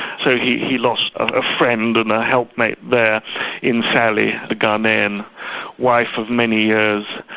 so he he lost a friend and a helpmate there in sally, the ghanian wife of many years.